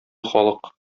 халык